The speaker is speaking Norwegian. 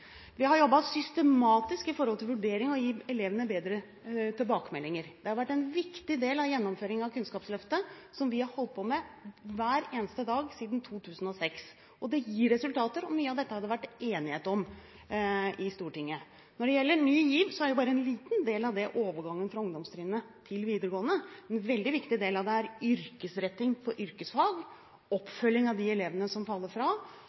Vi har jobbet systematisk med hensyn til vurdering og det å gi elevene bedre tilbakemeldinger. Det har vært en viktig del av gjennomføringen av Kunnskapsløftet som vi har holdt på med hver eneste dag siden 2006. Det gir resultater, og mye av dette har det vært enighet om i Stortinget. Når det gjelder Ny GIV, er jo bare en liten del av det overgangen fra ungdomstrinnet til videregående. En veldig viktig del av det er yrkesretting av yrkesfag, oppfølging av de elevene som faller fra